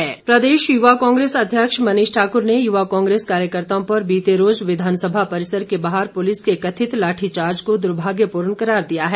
मनीष ठाकुर प्रदेश युवा कांग्रेस अध्यक्ष मनीष ठाकुर ने युवा कांग्रेस कार्यकर्ताओं पर बीते रोज़ विधानसभा परिसर के बाहर पुलिस के कथित लाठीचार्ज को दुर्भाग्यपूर्ण करार दिया है